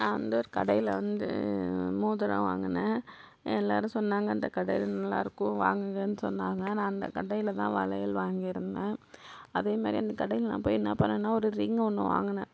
நான் வந்து ஒரு கடையில் வந்து மோதிரம் வாங்கினேன் எல்லோரும் சொன்னாங்க அந்த கடையில் நல்லாயிருக்கும் வாங்குங்கன்னு சொன்னாங்க நான் அந்த கடையில் தான் வளையல் வாங்கியிருந்தேன் அதேமாதிரி அந்த கடையில் நான் போய் என்ன பண்ணேன்னா ஒரு ரிங் ஒன்று வாங்கினேன்